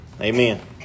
Amen